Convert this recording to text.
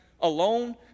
alone